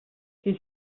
qui